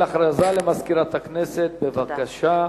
הודעה למזכירת הכנסת, בבקשה.